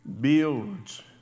builds